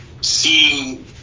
seeing